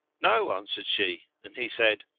no, answered she, and he said,